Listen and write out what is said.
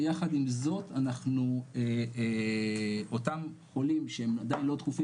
ויחד עם זאת אותם חולים שהם עדיין לא דחופים